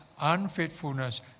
unfaithfulness